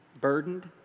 burdened